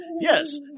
Yes